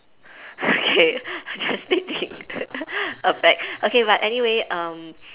okay I was just thinking of facts okay but anyway um